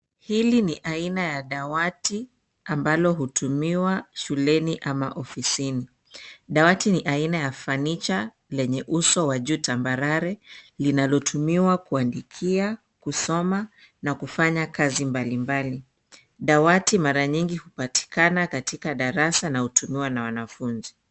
Hili ni aina ya dawati ambalo hutumiwa shuleni ama ofisini. Dawati ni aina ya fanicha lenye uso wa juu tambarare linalotumiwa kuandikia, kusoma na kufanya kazi mbalimbali. Dawati mara nyingi hupatikana katika darasa na hutumiwa na wanafunzi.